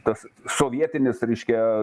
tas sovietinis reiškia